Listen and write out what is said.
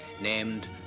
named